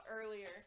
earlier